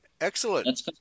excellent